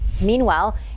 Meanwhile